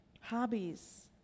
Hobbies